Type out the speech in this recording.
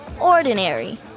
ordinary